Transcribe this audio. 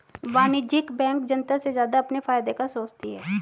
वाणिज्यिक बैंक जनता से ज्यादा अपने फायदे का सोचती है